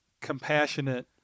compassionate